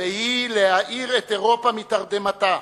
והיא להעיר את אירופה מתרדמתה,